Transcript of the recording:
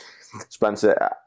Spencer